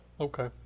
Okay